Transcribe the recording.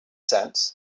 sense